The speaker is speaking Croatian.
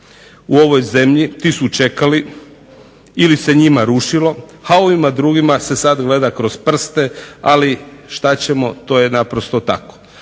u ovoj zemlji ti su čekali ili se njima rušilo, a ovima drugima se sada gleda kroz prste ali što ćemo to je naprosto tako.